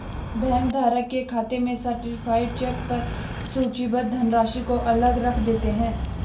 bank धारक के खाते में सर्टीफाइड चेक पर सूचीबद्ध धनराशि को अलग रख देते हैं